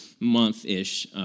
month-ish